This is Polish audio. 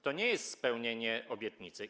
To nie jest spełnienie obietnicy.